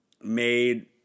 made